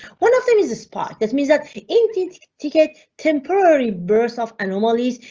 one of them is a spot. that means that english ticket, temporary birth of anomalies,